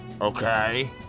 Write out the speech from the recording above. okay